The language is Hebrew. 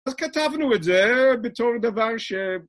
אז כתבנו את זה בתור דבר ש...